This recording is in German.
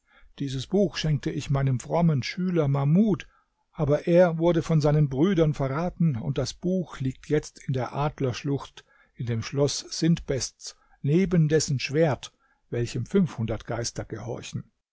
dieses buch schenkte ich meinem frommen schüler mahmud aber er wurde von seinen brüdern verraten und das buch liegt jetzt in der adlerschlucht in dem schloß sintbests neben dessen schwert welchem fünfhundert geister gehorchen